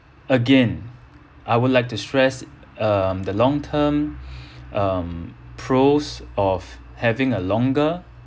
again I would like to stress um the long term um pros of having a longer